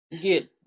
get